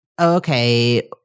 Okay